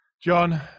John